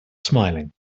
smiling